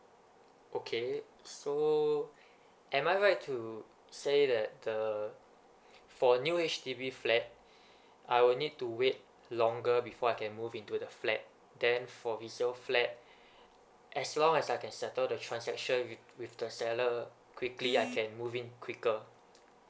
okay so am I right to say that the for new H_D_B flat I will need to wait longer before I can move into the flat then for resale flat as long as I can settle the transaction with with the seller quickly I can moving quicker